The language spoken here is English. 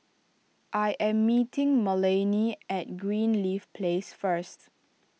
I am meeting Melanie at Greenleaf Place first